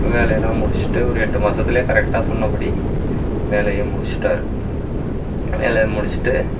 வேலையெல்லாம் முடிச்சிட்டு ஒரு எட்டு மாசத்திலயே கரெக்ட்டாக சொன்னபடி வேலையை முடிச்சிட்டாரு வேலையை முடிச்சிட்டு